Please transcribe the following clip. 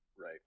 Right